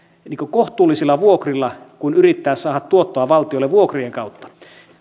kohtuullisilla vuokrilla kuin yrittää saada tuottoa valtiolle vuokrien kautta